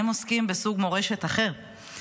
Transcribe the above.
הם עוסקים בסוג מורשת אחר.